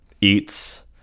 eats